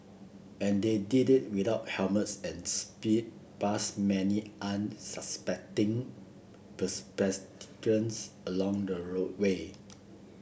and they did it without helmets and sped past many unsuspecting pedestrians along the route way